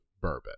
bourbon